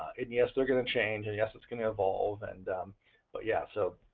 and yes, they are going to change, and yes, it's going to evolve and but yeah so.